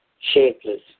shapeless